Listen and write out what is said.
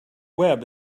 web